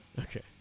Okay